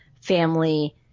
family